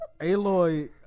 Aloy